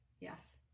Yes